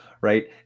right